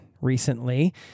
recently